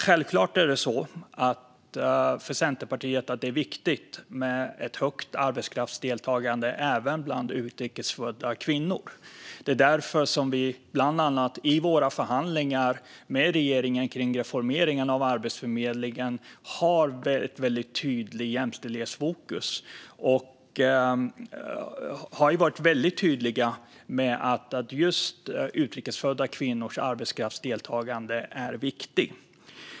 För Centerpartiet är det självklart viktigt med ett högt arbetskraftsdeltagande även bland utrikes födda kvinnor. Det är därför som vi bland annat i våra förhandlingar med regeringen kring reformeringen av Arbetsförmedlingen har ett väldigt tydligt jämställdhetsfokus. Vi har varit väldigt tydliga med att just utrikes födda kvinnors arbetskraftsdeltagande är viktigt.